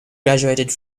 graduated